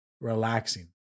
relaxing